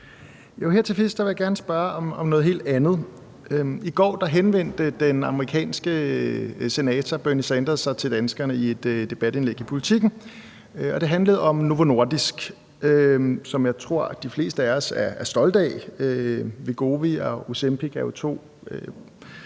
Her til sidst vil jeg gerne spørge om noget helt andet. I går henvendte den amerikanske senator Bernie Sanders sig til danskerne i et debatindlæg i Politiken, og det handlede om Novo Nordisk, som jeg tror de fleste af os er stolte af. Wegovy og Ozempic er jo to